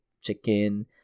chicken